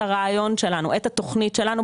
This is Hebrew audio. את הרעיון שלנו ואת התוכנית שלנו,